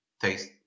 taste